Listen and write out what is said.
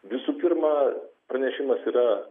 visų pirma pranešimas yra